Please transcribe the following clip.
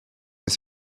ist